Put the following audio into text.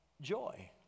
joy